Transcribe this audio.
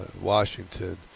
Washington